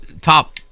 Top